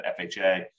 FHA